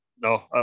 No